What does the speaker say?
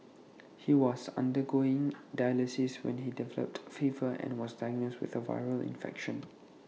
he was undergoing dialysis when he developed A fever and was diagnosed with A viral infection